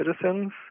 citizens